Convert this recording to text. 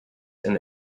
and